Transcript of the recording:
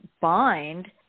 bind